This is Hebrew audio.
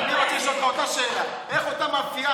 אני רוצה לשאול אותך אותה שאלה: איך אותה מאפייה